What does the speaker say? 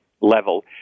level